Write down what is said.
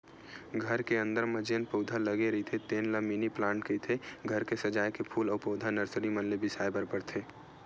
घर के अंदर म जेन पउधा लगे रहिथे तेन ल मिनी पलांट कहिथे, घर के सजाए के फूल अउ पउधा नरसरी मन ले बिसाय बर परथे